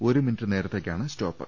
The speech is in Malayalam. ഒരു മിനിറ്റ് നേരത്തേക്കാണ് സ്റ്റോപ്പ്